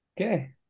Okay